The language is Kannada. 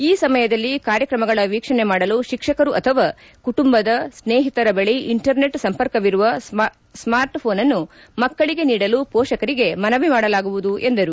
ಈ ಸಮಯದಲ್ಲಿ ಕಾರ್ಯಕ್ರಮಗಳ ವೀಕ್ಷಣೆ ಮಾಡಲು ಶಿಕ್ಷಕರು ಅಥವಾ ಕುಟುಂಬದ ಸ್ನೇಹಿತರ ಬಳಿ ಇಂಟರ್ ನೆಟ್ ಸಂಪರ್ಕವಿರುವ ಇರುವ ಸ್ಮಾರ್ಟ್ ಪೋನ್ಅನ್ನು ಮಕ್ಕಳಿಗೆ ನೀಡಲು ಪೋಷಕರಿಗೆ ಮನವಿ ಮಾಡಲಾಗುವುದು ಎಂದರು